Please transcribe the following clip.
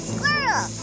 Squirrel